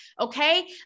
Okay